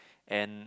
and